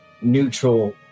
neutral